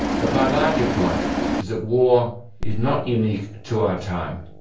but my larger point is that war is not unique to our time.